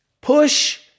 Push